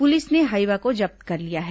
police ने Hyva को जब्त कर लिया है